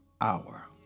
hour